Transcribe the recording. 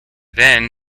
then